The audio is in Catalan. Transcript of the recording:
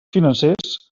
financers